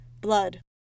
blood